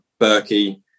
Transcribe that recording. Berkey